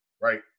right